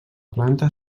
planta